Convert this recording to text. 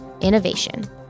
Innovation